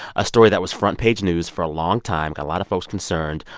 a story that was front-page news for a long time, got a lot of folks concerned.